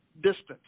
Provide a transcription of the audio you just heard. distance